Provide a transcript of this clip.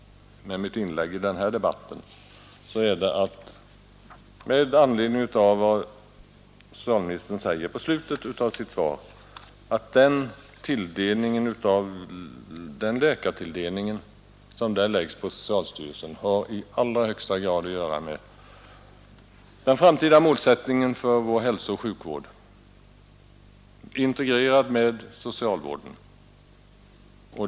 Mitt inlägg i denna debatt, herr talman, har alltså föranletts av vad socialministern säger i slutet av sitt svar. Den läkartilldelning som där läggs på socialstyrelsen, har i allra högsta grad att göra med den framtida målsättningen för vår hälsooch sjukvård, integrerad med socialvården.